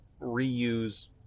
reuse